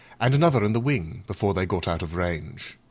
and another in the wing, before they got out of range.